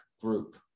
group